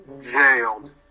jailed